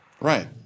right